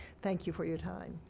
thank you for your time.